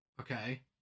Okay